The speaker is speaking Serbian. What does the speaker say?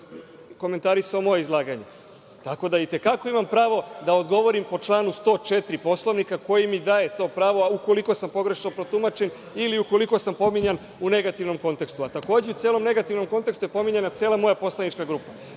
komentarisao je moje izlaganje. Tako da i te kako imam pravo da odgovorim po članu 104. Poslovnika, koji mi daje to pravo, ukoliko sam pogrešno protumačen ili ukoliko sam pominjan u negativnim kontekstu. Takođe, u negativnom kontekstu je pominjana cela moja poslanička grupa. Ja